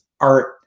art